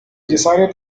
decided